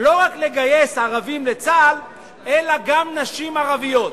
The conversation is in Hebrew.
לא רק לגייס ערבים לצה"ל אלא גם נשים ערביות.